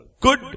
good